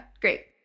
Great